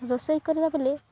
ରୋଷେଇ କରିବା ବେଳେ